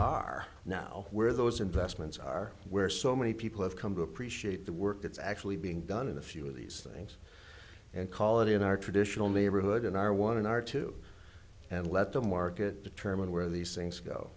are now where those investments are where so many people have come to appreciate the work that's actually being done in a few of these things and call it in our traditional neighborhood in our one and our two and let the market determine where these things go